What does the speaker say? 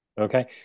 Okay